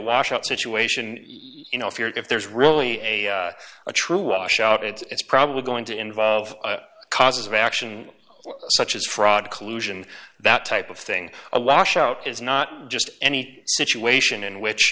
wash out situation you know if you're if there's really a true are shot it's probably going to involve causes of action such as fraud collusion that type of thing a lockout is not just any situation in which